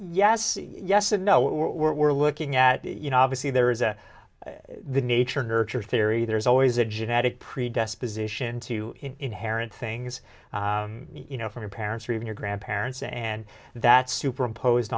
yes yes and no what we're looking at you know obviously there is the nature nurture theory there's always a genetic predisposition to inherent things you know from your parents or even your grandparents and that superimposed